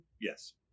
Yes